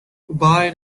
buying